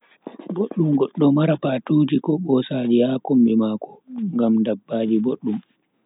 Boduum goddo mara patuuji ko bosaaji ha kombi mako ngam dabbaji boddum.